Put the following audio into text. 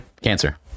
Cancer